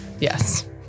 Yes